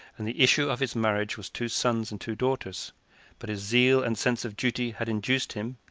and the issue of his marriage was two sons and two daughters but his zeal and sense of duty had induced him,